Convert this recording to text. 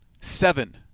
seven